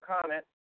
comment